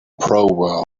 proverbs